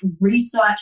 research